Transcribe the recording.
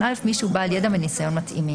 (א) מי שהוא בעל ידע וניסיון מתאימים.